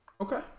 Okay